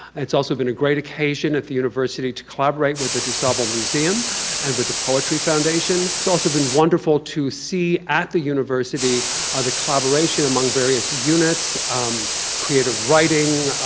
it's also been a great occasion at the university to collaborate with the dusable museum and with the poetry foundation. it's also been wonderful to see at the university ah the collaboration among various units creative writing,